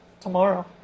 tomorrow